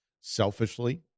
Selfishly